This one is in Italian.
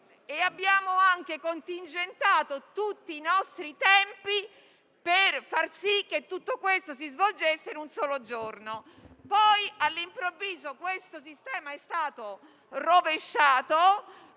Abbiamo anche contingentato i tempi per far sì che tutto questo si svolgesse in un solo giorno. Poi, all'improvviso, questo sistema è stato rovesciato